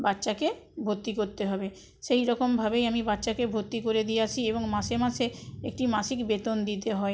বাচ্চাকে ভর্তি করতে হবে সেইরকমভাবেই আমি বাচ্চাকে ভর্তি করে দিয়ে আসি এবং মাসে মাসে একটি মাসিক বেতন দিতে হয়